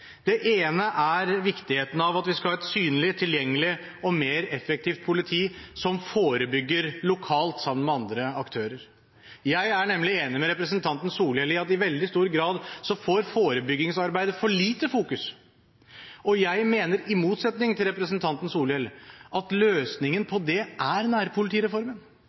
Det ene er viktigheten av at vi skal ha et synlig, tilgjengelig og mer effektivt politi som forebygger lokalt sammen med andre aktører. Jeg er nemlig enig med representanten Solhjell i at i veldig stor grad får forebyggingsarbeidet for lite fokus. Jeg mener i motsetning til representanten Solhjell at løsningen på det er nærpolitireformen.